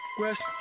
west